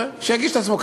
יגיש את עצמו.